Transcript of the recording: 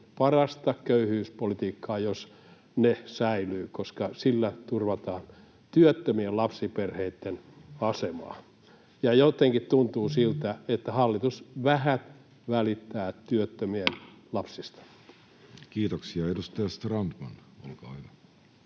parasta köyhyyspolitiikkaa, koska sillä turvataan työttömien lapsiperheitten asemaa. Jotenkin tuntuu, että hallitus vähät välittää työttömien lapsista. Kiitoksia. — Edustaja Strandman, olkaa hyvä.